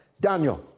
Daniel